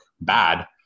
bad